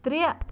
ترٛےٚ